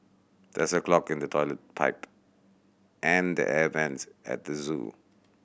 there is a clog in the toilet pipe and the air vents at the zoo